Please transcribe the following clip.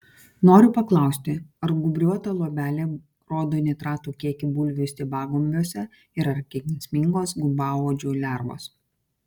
noriu paklausti ar gūbriuota luobelė rodo nitratų kiekį bulvių stiebagumbiuose ir ar kenksmingos gumbauodžių lervos